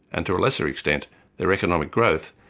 and to a lesser extent their economic growth,